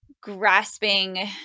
grasping